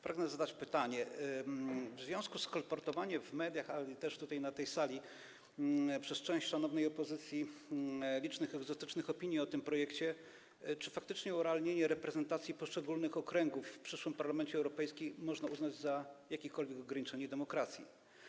Pragnę zadać pytanie w związku z kolportowaniem w mediach, ale też tutaj, na tej sali, przez część szanownej opozycji licznych egzotycznych opinii o tym projekcie, czy faktycznie urealnienie reprezentacji poszczególnych okręgów w przyszłym Parlamencie Europejskim można uznać za jakiekolwiek ograniczenie demokracji.